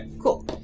Cool